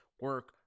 Work